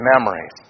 memories